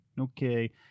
Okay